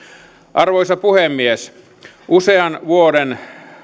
arvoisa puhemies usean vuoden